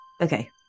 Okay